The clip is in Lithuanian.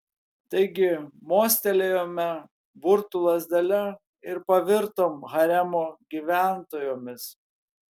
taigi mostelėjome burtų lazdele ir pavirtom haremo gyventojomis